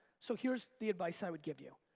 so here's the advice i would give you.